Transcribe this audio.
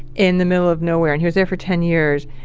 in the middle of nowhere and he was there for ten years,